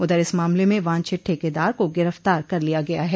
उधर इस मामले में वांछित ठेकेदार को गिरफ्तार कर लिया गया है